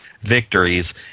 victories